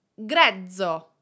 grezzo